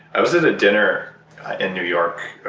i was at a dinner in new york,